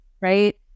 right